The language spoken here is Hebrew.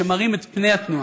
שמראים את פני התנועה,